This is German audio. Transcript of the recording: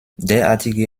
derartige